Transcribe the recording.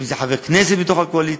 אם חברי כנסת מתוך הקואליציה,